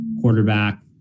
quarterback